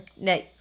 no